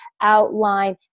outline